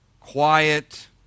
quiet